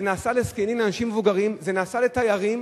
זה נעשה לזקנים, לאנשים מבוגרים, זה נעשה לתיירים.